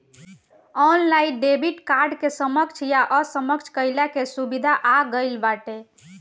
online debit card के सक्षम या असक्षम कईला के सुविधा अब आ गईल बाटे